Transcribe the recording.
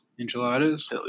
Enchiladas